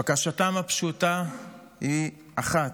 בקשתם הפשוטה היא אחת,